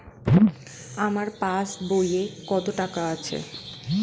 আমার পাস বইয়ে কত টাকা আছে?